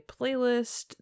playlist